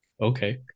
Okay